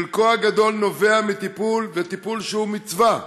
חלקו הגדול נובע מטיפול, וטיפול שהוא מצווה,